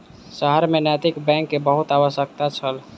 शहर में नैतिक बैंक के बहुत आवश्यकता छल